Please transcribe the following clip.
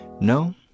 no